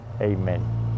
Amen